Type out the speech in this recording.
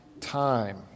time